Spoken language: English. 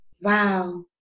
wow